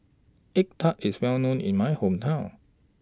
Egg Tart IS Well known in My Hometown